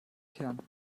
kern